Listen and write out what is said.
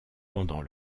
pendant